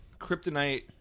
Kryptonite